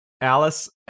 Alice